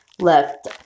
left